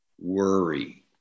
worry